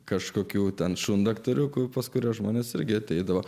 kažkokių ten šundaktariu kaip pas kuriuos žmonės irgi ateidavo